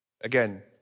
Again